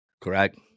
Correct